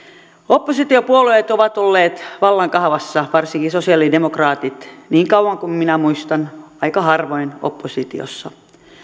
oppositiopuolueet ovat olleet vallan kahvassa varsinkin sosialidemokraatit niin kauan kuin minä muistan aika harvoin oppositiossa